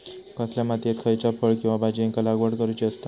कसल्या मातीयेत खयच्या फळ किंवा भाजीयेंची लागवड करुची असता?